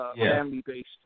family-based